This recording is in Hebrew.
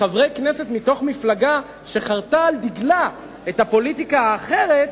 כנסת מתוך מפלגה שחרתה על דגלה את הפוליטיקה האחרת,